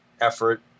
effort